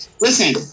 Listen